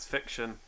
Fiction